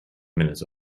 minutes